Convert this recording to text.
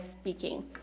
speaking